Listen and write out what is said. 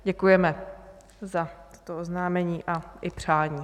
Děkujeme za to oznámení i přání.